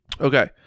Okay